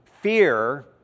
fear